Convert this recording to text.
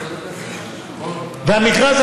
המכרז,